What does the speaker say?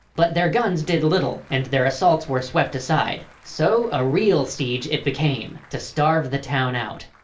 but their guns did little and their assaults were swept aside, so a real siege it became to starve the town out.